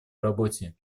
работе